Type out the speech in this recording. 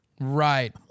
Right